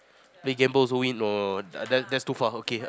the boy also win the that's that's too far okay